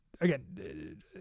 again